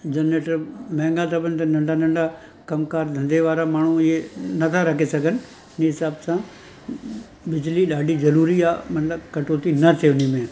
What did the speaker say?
generator महांगा था पवनि त नंढा नंढा कमकारि धंधे वारा माण्हू इहे नथा रखे सघनि जीअं हिसाब सां बिजली ॾाढी ज़रूरी आहे मतिलबु कटोती न थिए हुन में